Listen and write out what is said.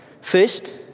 First